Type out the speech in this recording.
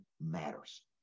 matters